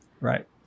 Right